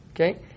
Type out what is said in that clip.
okay